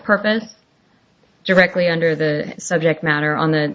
purpose directly under the subject matter on the